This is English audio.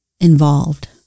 involved